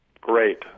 great